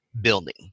building